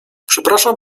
przepraszam